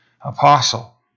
apostle